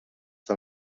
del